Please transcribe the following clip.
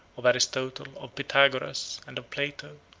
of aristotle, of pythagoras, and of plato,